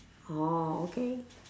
orh okay